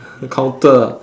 counter ah